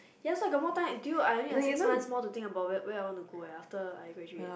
yes I got more time due I have six month think where I want to go leh after I graduate